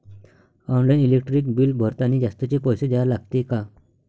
Online electric bill भरतानी जास्तचे पैसे द्या लागते का?